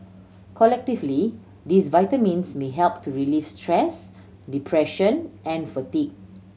collectively these vitamins may help to relieve stress depression and fatigue